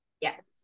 Yes